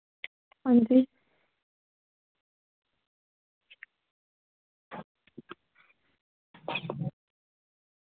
हां जी